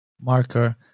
marker